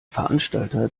veranstalter